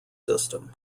system